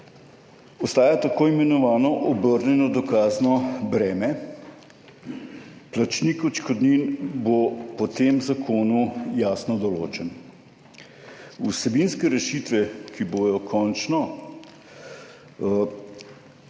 ostaja tako imenovano obrnjeno dokazno breme. Plačnik odškodnin bo po tem zakonu jasno določen. Vsebinske rešitve, ki bodo končno